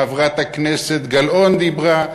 חברת הכנסת גלאון דיברה.